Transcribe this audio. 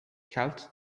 called